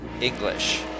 English